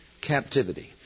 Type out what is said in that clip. captivity